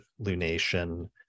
lunation